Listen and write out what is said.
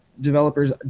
developers